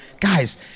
guys